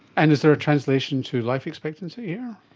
and is there a translation to life expectancy here?